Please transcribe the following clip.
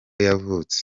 yavutse